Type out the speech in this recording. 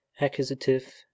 accusative